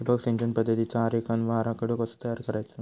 ठिबक सिंचन पद्धतीचा आरेखन व आराखडो कसो तयार करायचो?